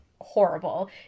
horrible